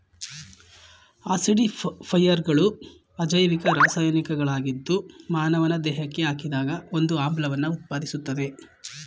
ಆಸಿಡಿಫೈಯರ್ಗಳು ಅಜೈವಿಕ ರಾಸಾಯನಿಕಗಳಾಗಿದ್ದು ಮಾನವನ ದೇಹಕ್ಕೆ ಹಾಕಿದಾಗ ಒಂದು ಆಮ್ಲವನ್ನು ಉತ್ಪಾದಿಸ್ತದೆ